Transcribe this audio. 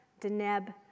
Deneb